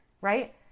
right